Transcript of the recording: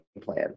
plan